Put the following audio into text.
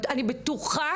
אני בטוחה